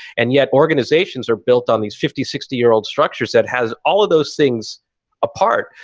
and yet, organizations are built on these fifty, sixty year old structures that have all of those things apart.